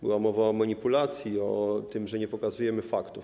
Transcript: Była mowa o manipulacji, o tym, że nie pokazujemy faktów.